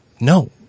no